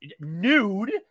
nude